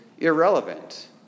irrelevant